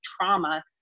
trauma